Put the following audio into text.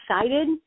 excited